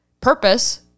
purpose